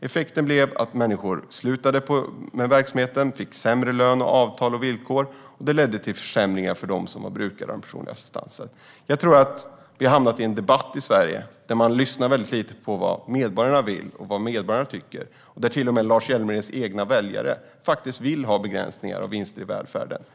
Effekten blev att människor slutade eller fick sämre lön, avtal och villkor, och det ledde till försämringar för brukarna. Jag tror att vi har hamnat i en debatt i Sverige där man lyssnar väldigt lite på vad medborgarna vill och tycker. Till och med en majoritet av Lars Hjälmereds egna väljare vill ha begränsningar av vinster i välfärden.